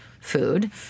food